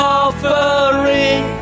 offering